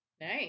Nice